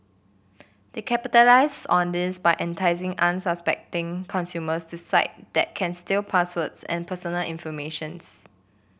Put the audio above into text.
they capitalise on this by enticing unsuspecting consumers to site that can steal passwords and personal informations